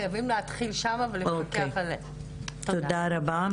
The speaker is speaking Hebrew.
תודה רבה.